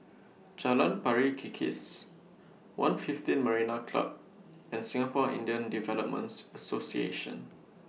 Jalan Pari Kikis one fifteen Marina Club and Singapore Indian Developments Association